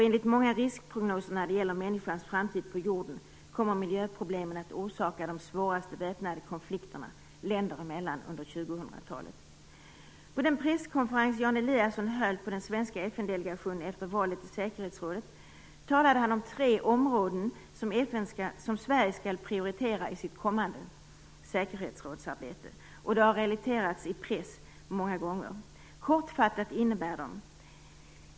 Enligt många riskprognoser när det gäller människans framtid på jorden kommer miljöproblemen att orsaka de svåraste väpnade konflikterna länder emellan under 2000-talet. På den presskonferens Jan Eliasson höll på den svenska FN-delegationen efter valet till säkerhetsrådet talade han om de tre områden som Sverige skall prioritera i sitt kommande säkerhetsrådsarbete. De har relaterats många gånger i pressen. Kortfattat innebär de: 1.